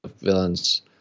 Villain's